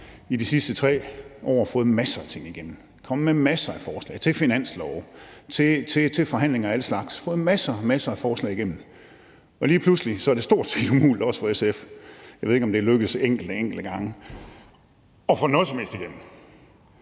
i de sidste 3 år fået masser af ting igennem, er kommet med masser af forslag til finanslove, til forhandlinger af alle slags og har fået masser og masser af forslag igennem. Og lige pludselig er det stort set umuligt også for SF. Jeg ved ikke, om det er lykkedes enkelte, enkelte gange at få noget som helst igennem.